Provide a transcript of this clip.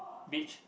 beach